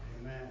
Amen